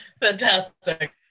Fantastic